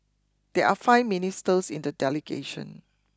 there are five ministers in the delegation